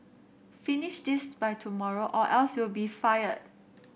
finish this by tomorrow or else you'll be fired